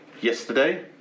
yesterday